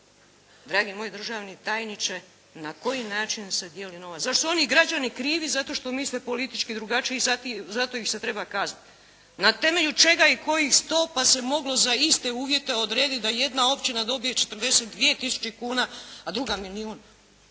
Dragi moj državni tajniče, na koji način se dijeli novac? Zar su oni građani krivi zato što misle politički drugačije i zato ih se treba kazniti? Na temelju čega i kojih stopa se moglo za iste uvjete odrediti da jedna općina dobije 42 tisuće kuna, a druga milijun?